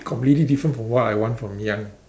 completely different from what I want from young